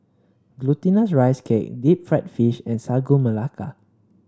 Glutinous Rice Cake Deep Fried Fish and Sagu Melaka